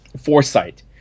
foresight